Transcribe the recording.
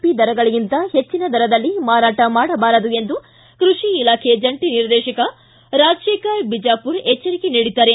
P ದರಗಳಿಗಿಂತ ಹೆಚ್ಚಿನ ದರದಲ್ಲಿ ಮಾರಾಟ ಮಾಡಬಾರದು ಎಂದು ಕೃಷಿ ಇಲಾಖೆ ಜಂಟಿ ನಿರ್ದೇಶಕ ರಾಜಶೇಖರ ಬಿಜಾಪುರ ಎಚ್ಚರಿಕೆ ನೀಡಿದ್ದಾರೆ